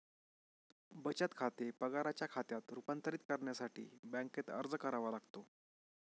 बचत खाते पगाराच्या खात्यात रूपांतरित करण्यासाठी बँकेत अर्ज करावा लागतो